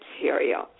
Material